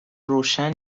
روشن